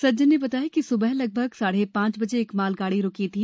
सज्जन ने बताया कि स्बह लगभग साढ़े पांच बजे एक मालगाड़ी रुकी थी